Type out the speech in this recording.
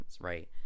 right